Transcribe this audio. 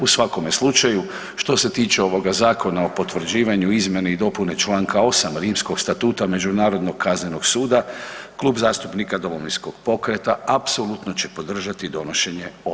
U svakome slučaju što se tiče ovoga Zakona o potvrđivanju izmjena i dopune članka 8. Rimskog statuta Međunarodnog kaznenog suda Klub zastupnika Domovinskog pokreta apsolutno će podržati donošenje ovog zakona.